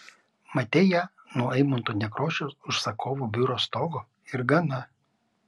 matei ją nuo eimunto nekrošiaus užsakovų biuro stogo ir gana